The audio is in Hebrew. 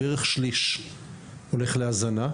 בערך שליש הולך להזנה,